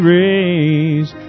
raise